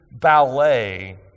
ballet